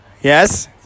yes